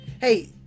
Hey